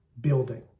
building